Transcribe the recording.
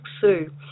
Sue